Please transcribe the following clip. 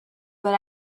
but